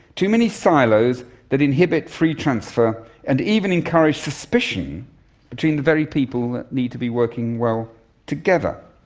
too many silos that inhibit free transfer and even encourage suspicion between the very people that need to be working well together.